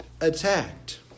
attacked